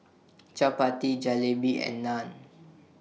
Chapati Jalebi and Naan